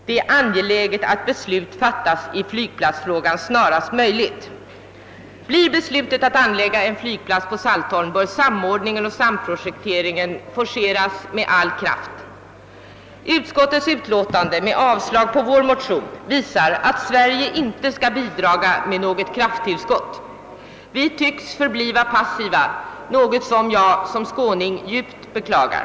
Det är ytterst angeläget att beslut fattas i flygplatsfrågan snarast möjligt. Blir beslutet att anlägga en flygplats på Saltholm, bör samordningen och samprojekteringen forceras med all kraft. Utskottets utlåtande med yrkande om avslag på vår motion visar, att Sverige inte skall bidraga med något krafttillskott. Vi tycks skola förbli passiva, något som jag i egenskap av skåning djupt beklagar.